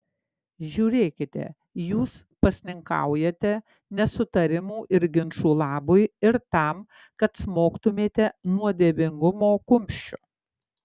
žiūrėkite jūs pasninkaujate nesutarimų ir ginčų labui ir tam kad smogtumėte nuodėmingumo kumščiu